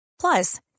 Plus